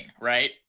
right